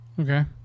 Okay